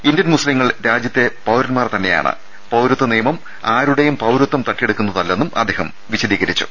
Indian മുസ്ലിങ്ങൾ രാജ്യത്തെ പൌരന്മാർതന്നെ യാണ് പൌരത്വനിയമം ആരുടെയും പൌരത്വം തട്ടിയെടുക്കുന്നതല്ലെന്നും അദ്ദേഹം വിശദീകരിച്ചു